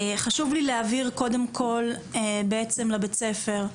חשוב לי להבהיר קודם כל בעצם לבית הספר,